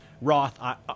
Roth